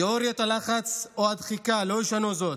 תאוריית הלחץ או הדחיקה לא ישנו זאת.